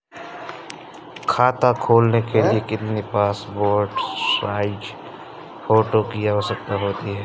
खाता खोलना के लिए कितनी पासपोर्ट साइज फोटो की आवश्यकता होती है?